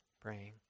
praying